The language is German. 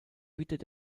bietet